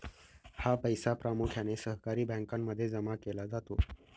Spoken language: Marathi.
हा पैसा प्रामुख्याने सहकारी बँकांमध्ये जमा केला जातो